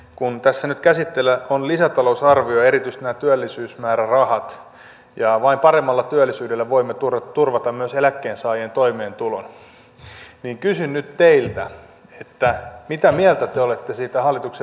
kun tässä nyt käsittelyssä on lisätalousarvio ja erityisesti nämä työllisyysmäärärahat ja vain paremmalla työllisyydellä voimme turvata myös eläkkeensaajien toimeentulon niin kysyn nyt teiltä mitä mieltä te olette siitä hallituksen linjauksesta